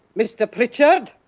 mr pritchard!